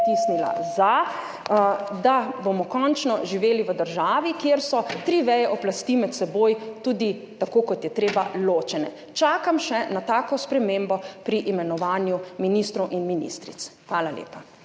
pritisnila za, da bomo končno živeli v državi, kjer so tri veje oblasti med seboj ločene, tako kot je tudi treba. Čakam še na tako spremembo pri imenovanju ministrov in ministric. Hvala lepa.